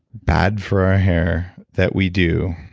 bad for our hair, that we do,